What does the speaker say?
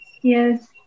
Yes